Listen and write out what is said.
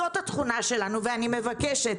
זאת התכונה שלנו ואני מבקשת: